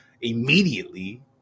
immediately